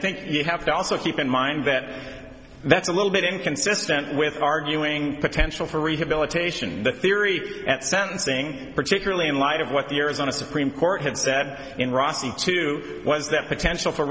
think you have to also keep in mind that that's a little bit inconsistent with arguing potential for rehabilitation the theory at sentencing particularly in light of what the arizona supreme court had said in rossi two was that potential for